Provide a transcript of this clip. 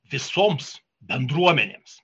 visoms bendruomenėms